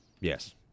Yes